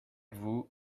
vous